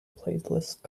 playlist